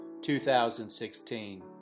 2016